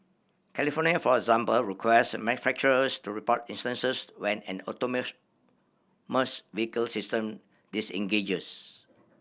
California for example requires manufacturers to report instances when an vehicle system disengages